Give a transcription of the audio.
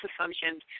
assumptions